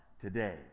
today